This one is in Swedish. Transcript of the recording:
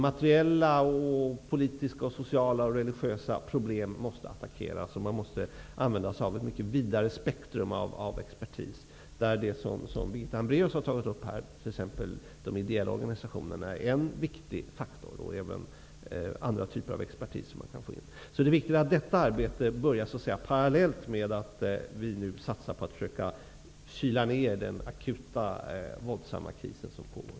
Materiella, politiska, sociala och religiösa problem måste attackeras, och man måste använda sig av ett mycket vidare spektrum av expertis. Birgitta Hambraeus nämnde t.ex. de ideella organisationerna, som är en viktig faktor. Men det gäller också andra typer av expertis. Det är alltså viktigt att detta arbete börjar parallellt med att vi nu satsar på att försöka ''kyla ner'' den akuta våldsamma kris som pågår.